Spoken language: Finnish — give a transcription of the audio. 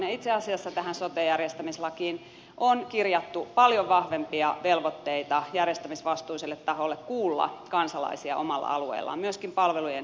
itse asiassa tähän sote järjestämislakiin on kirjattu paljon vahvempia velvoitteita järjestämisvastuiselle taholle kuulla kansalaisia omalla alueellaan myöskin palvelujen tuottamisesta